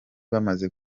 bamaze